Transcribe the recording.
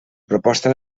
proposta